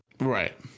Right